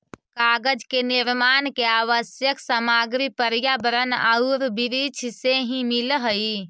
कागज के निर्माण के आवश्यक सामग्री पर्यावरण औउर वृक्ष से ही मिलऽ हई